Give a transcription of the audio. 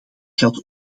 geldt